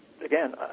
again